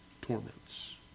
torments